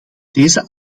deze